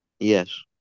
Yes